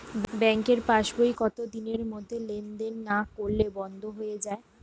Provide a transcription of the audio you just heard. ব্যাঙ্কের পাস বই কত দিনের মধ্যে লেন দেন না করলে বন্ধ হয়ে য়ায়?